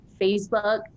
Facebook